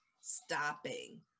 stopping